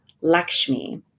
Lakshmi